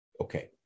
Okay